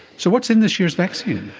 so what's in this year's vaccine?